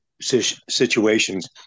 situations